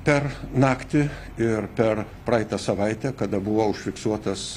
per naktį ir per praitą savaitę kada buvo užfiksuotas